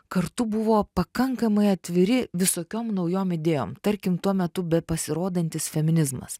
kartu buvo pakankamai atviri visokiom naujom idėjom tarkim tuo metu bepasirodantis feminizmas